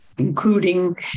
including